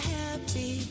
happy